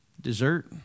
dessert